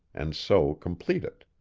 and so complete it.